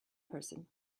person